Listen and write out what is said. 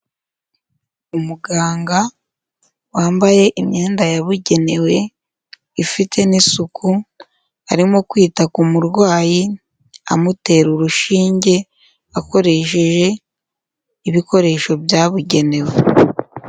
Umuganga wambaye imyenda yabugenewe ifite n'isuku, arimo kwita ku murwayi amutera urushinge akoresheje ibikoresho byabugenewe.